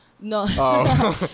No